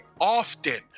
often